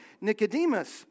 Nicodemus